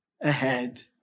ahead